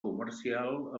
comercial